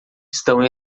estão